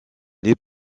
les